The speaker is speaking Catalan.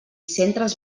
centres